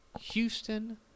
Houston